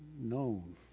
known